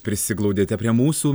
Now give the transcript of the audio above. prisiglaudėte prie mūsų